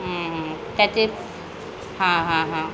त्याचे हां हां हां